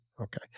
okay